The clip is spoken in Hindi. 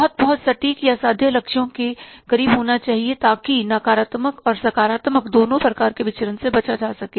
बहुत बहुत सटीक या साध्य लक्ष्यों के करीब होना चाहिए ताकि नकारात्मक और सकारात्मक दोनों प्रकार के विचरन से बचा जा सके